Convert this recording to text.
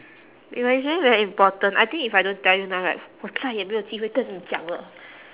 eh but it's really very important I think if I don't tell you now right 我再也没有机会跟你讲了